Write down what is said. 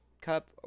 Cup